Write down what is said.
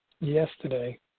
yesterday